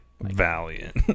Valiant